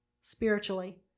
spiritually